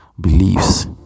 beliefs